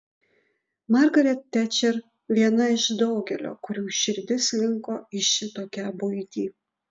margaret tečer viena iš daugelio kurių širdis linko į šitokią buitį